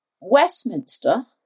Westminster